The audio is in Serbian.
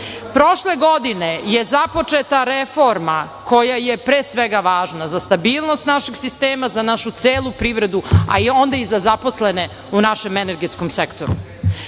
EPS? Prošle godine je započeta reforma koja je, pre svega, važna za stabilnost našeg sistema, za našu celu privredu, a onda i za zaposlene u našem energetskom sektoru. Prošlu